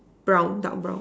brown dark brown